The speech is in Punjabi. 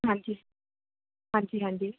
ਹਾਂਜੀ ਹਾਂਜੀ ਹਾਂਜੀ